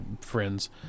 friends